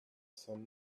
some